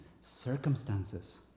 circumstances